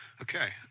Okay